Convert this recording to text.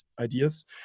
ideas